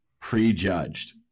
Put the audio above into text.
prejudged